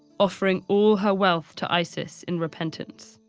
offering all her wealth to isis in repentance.